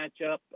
matchup